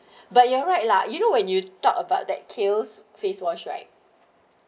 but you are right lah you know when you talk about that kills face wash right